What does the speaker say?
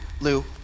Lou